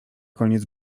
koniec